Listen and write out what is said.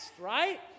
right